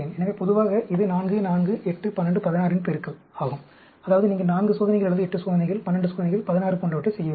எனவே பொதுவாக இது 4 4 8 1216 இன் பெருக்கல் ஆகும் அதாவது நீங்கள் 4 சோதனைகள் அல்லது 8 சோதனைகள் 12 சோதனைகள் 16 போன்றவற்றை செய்ய வேண்டும்